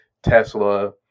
tesla